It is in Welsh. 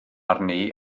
arni